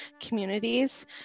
communities